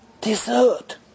Dessert